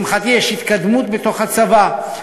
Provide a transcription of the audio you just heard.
לשמחתי יש התקדמות בתוך הצבא,